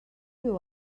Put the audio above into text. you